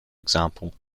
example